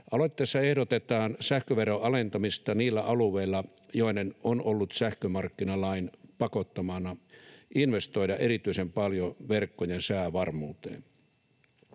Aloitteessa ehdotetaan sähköveron alentamista niillä alueilla, joiden on täytynyt sähkömarkkinalain pakottamana investoida erityisen paljon verkkojen säävarmuuteen.